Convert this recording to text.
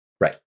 Right